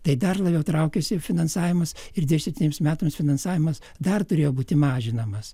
tai dar labiau traukiasi finansavimas ir šitiems metams finansavimas dar turėjo būti mažinamas